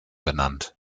benannt